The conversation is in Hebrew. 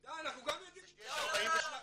גם יודעים לצעוק.